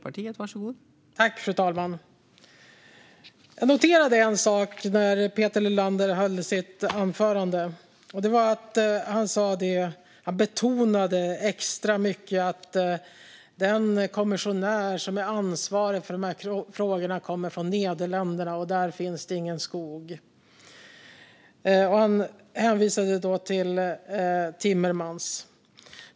Fru talman! Jag noterade en sak när Peter Helander höll sitt anförande, och det var att han betonade extra mycket att den kommissionär som är ansvarig för de här frågorna kommer från Nederländerna där det inte finns någon skog. Han hänvisade till Timmermans.